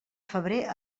febrer